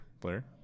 Blair